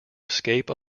escape